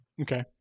Okay